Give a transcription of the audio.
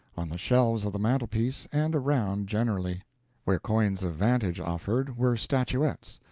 on the shelves of the mantelpiece, and around generally where coigns of vantage offered were statuettes,